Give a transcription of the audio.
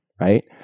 right